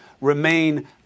remain